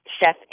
Chef